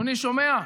אדוני שומע?